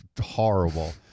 horrible